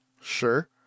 Sure